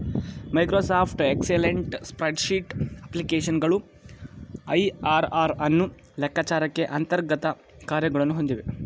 Microsoft excellent spreadsheet ಅಪ್ಲಿಕೇಶನ್ಗಳು IRR ಅನ್ನು ಲೆಕ್ಕಚಾರಕ್ಕೆ ಅಂತರ್ಗತ ಕಾರ್ಯಗಳನ್ನು ಹೊಂದಿವೆ